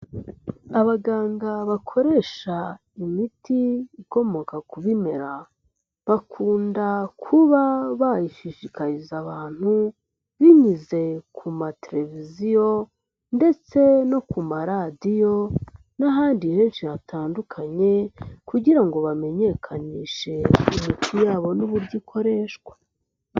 Abaganga bakoresha imiti ikomoka ku bimera, bakunda kuba bayishishikariza abantu binyuze ku matereviziyo ndetse no ku maradiyo n'ahandi henshi hatandukanye kugira ngo bamenyekanishe imiti yabo n'uburyo ikoreshwa.